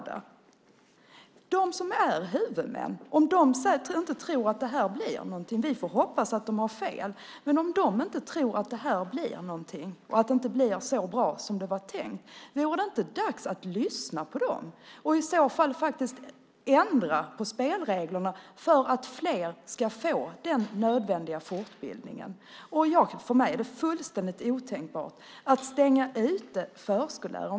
Om de som är huvudmän inte tror att detta blir någonting eller att det inte blir så bra som det var tänkt - vi får hoppas att de har fel - vore det då inte dags att lyssna på dem och i så fall faktiskt ändra på spelreglerna för att fler ska få den nödvändiga fortbildningen? För mig är det fullständigt otänkbart att stänga ute förskollärare.